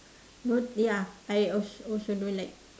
no ya I also also don't like